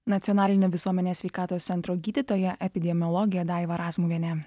nacionalinio visuomenės sveikatos centro gydytoja epidemiologė daiva razmuvienė